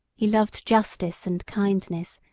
he loved justice and kindness,